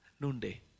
noonday